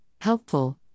helpful